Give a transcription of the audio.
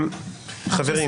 חברים,